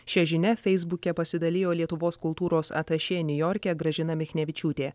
šia žinia feisbuke pasidalijo lietuvos kultūros atašė niujorke gražina michnevičiūtė